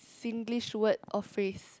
Singlish word or phrase